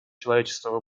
человечество